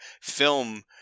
film –